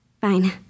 Fine